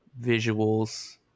visuals